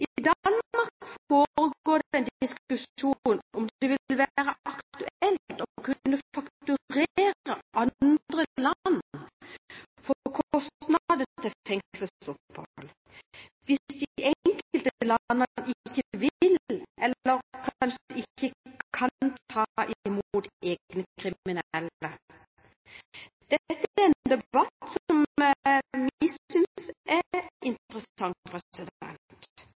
Danmark foregår det en diskusjon om det vil være aktuelt å kunne fakturere andre land for kostnader til fengselsopphold, hvis de enkelte landene ikke vil eller kanskje ikke kan ta imot egne kriminelle. Dette er en debatt som vi synes er interessant.